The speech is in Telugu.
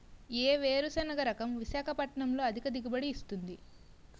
ఏ వేరుసెనగ రకం విశాఖపట్నం లో అధిక దిగుబడి ఇస్తుంది?